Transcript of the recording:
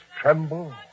tremble